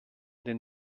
den